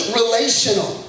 relational